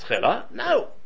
no